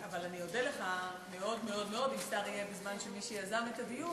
אבל אני אודה לך מאוד מאוד מאוד אם יהיה שר בזמן שמי שיזם את הדיון,